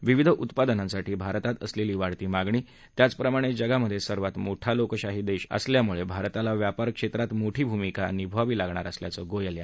विविध उत्पादनांसाठी भारतात असलेली वाढती मागणी त्याचप्रमाणे जगामधे सर्वात मोठा लोकशाही असलेला देश असल्यामुळे भारताला व्यापार क्षेत्रात मोठी भूमिका निभवावी लागणार असल्याचं गोयल म्हणाले